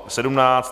17.